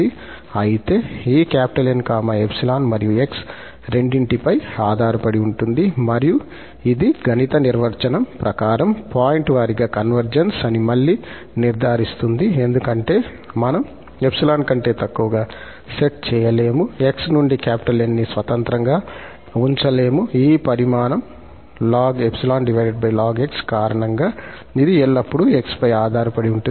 అయితే ఈ 𝑁 𝜖 మరియు 𝑥 రెండింటిపై ఆధారపడి ఉంటుంది మరియు ఇది గణిత నిర్వచనం ప్రకారం పాయింట్ వారీగా కన్వర్జెన్స్ అని మళ్ళీ నిర్ధారిస్తుంది ఎందుకంటే మనం 𝜖 కంటే తక్కువగా సెట్ చేయలేము 𝑥 నుండి 𝑁 ని స్వతంత్రంగా ఉంచలేము ఈ పరిమాణం ln 𝜖ln x కారణంగా ఇది ఎల్లప్పుడూ 𝑥 పై ఆధారపడి ఉంటుంది